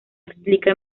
explica